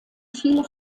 viele